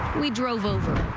we drove over.